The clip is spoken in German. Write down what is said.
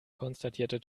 konstatierte